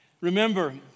Remember